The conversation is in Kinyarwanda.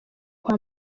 kwa